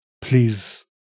please